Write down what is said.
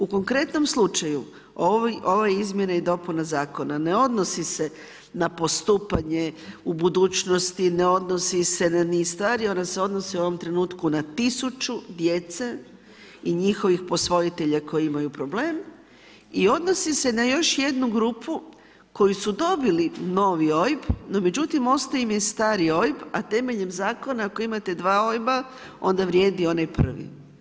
U konkretnom slučaju ova izmjena i dopuna zakona ne odnosi se na postupanje u budućnosti, ne odnosi se na niz stvari, ona se odnosi u ovom trenutku na 1000 djece i njihovih posvojitelja koji imaju problem i odnosi se na još jednu grupu koju su dobili novi OIB, no međutim ostao im je stari OIB, a temeljem zakona ako imate 2 OIB-a onda vrijedi onaj prvi.